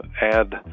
add